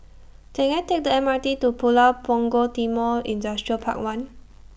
Can I Take The M R T to Pulau Punggol Timor Industrial Park one